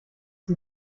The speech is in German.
die